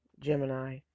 Gemini